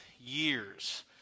years